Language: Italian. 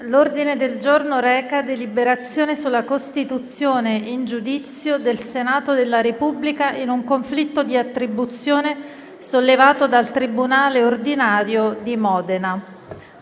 L'ordine del giorno reca la deliberazione per la costituzione in giudizio del Senato della Repubblica per resistere in un conflitto di attribuzione sollevato dal tribunale ordinario di Modena.